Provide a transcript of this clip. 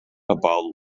about